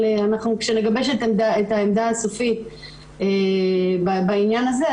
אבל כשנגבש את העמדה הסופית בעניין הזה,